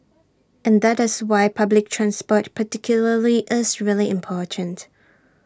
and that is why public train support particularly is really important